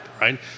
right